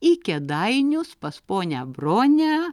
į kėdainius pas ponią bronę